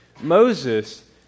Moses